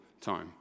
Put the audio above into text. time